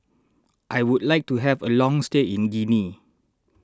I would like to have a long stay in Guinea